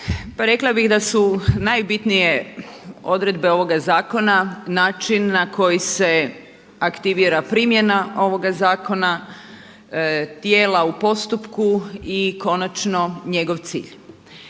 Pa rekla bih da su najbitnije odredbe ovoga zakona način na koji se aktivira primjena ovoga zakona, tijela u postupku i konačno njegov cilj.